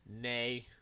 Nay